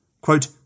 Quote